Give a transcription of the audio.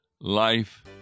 life